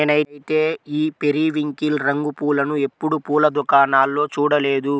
నేనైతే ఈ పెరివింకిల్ రంగు పూలను ఎప్పుడు పూల దుకాణాల్లో చూడలేదు